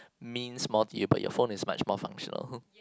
means more to you but your phone is much more functional